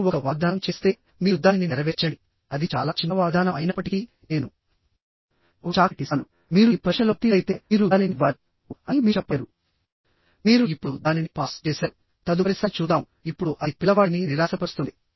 మీరు ఒక వాగ్దానం చేస్తే మీరు దానిని నెరవేర్చండి అది చాలా చిన్న వాగ్దానం అయినప్పటికీ నేను ఒక చాక్లెట్ ఇస్తాను మీరు ఈ పరీక్షలో ఉత్తీర్ణులైతే మీరు దానిని ఇవ్వాలి ఓహ్ అని మీరు చెప్పలేరు మీరు ఇప్పుడు దానిని పాస్ చేసారు తదుపరిసారి చూద్దాం ఇప్పుడు అది పిల్లవాడిని నిరాశపరుస్తుంది